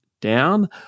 down